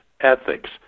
ethics